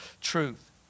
truth